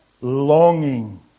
longing